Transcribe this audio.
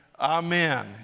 Amen